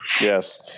Yes